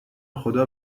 خدا